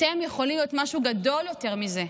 אתם יכולים להיות משהו גדול יותר מזה.